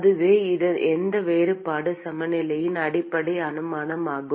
அதுவே எந்த வேறுபாடு சமநிலையின் அடிப்படை அனுமானமாகும்